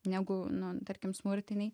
negu nu tarkim smurtiniai